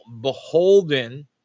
beholden